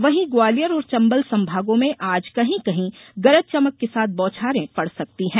वहीं ग्वालियर और चंबल संभागों में आज कहीं कहीं गरज चमक के साथ बौछारें पड़ सकती हैं